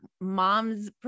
mom's